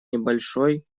небольшой